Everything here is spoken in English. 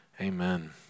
Amen